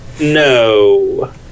No